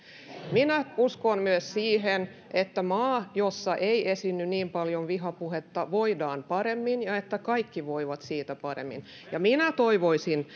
minä uskon myös siihen että maassa jossa ei esiinny niin paljon vihapuhetta voidaan paremmin ja että kaikki voivat siitä paremmin minä toivoisin